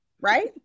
Right